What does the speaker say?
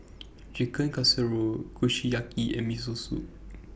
Chicken Casserole Kushiyaki and Miso Soup